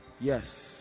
Yes